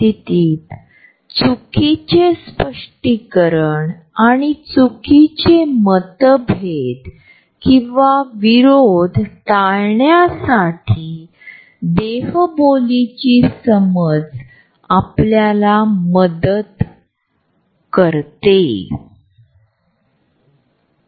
जर आपण हे छायाचित्र पुन्हा पाहिल्यास असे आढळते की या ग्रुप फोटोमधील दोन व्यक्ती एकमेकांच्या अगदी जवळ आहेत आणि तिसरा